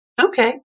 Okay